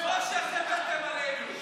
חושך הבאתם עלינו.